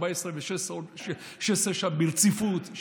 14 ו-16 שעות ברציפות,